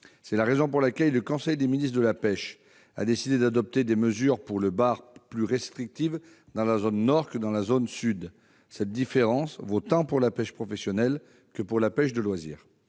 C'est la raison pour laquelle le conseil des ministres de la pêche a décidé d'adopter des mesures pour le bar plus restrictives dans la zone nord que dans la zone sud. Cette différence vaut tant pour la pêche professionnelle que pour la pêche de loisir.